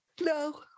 no